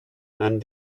and